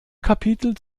kapitel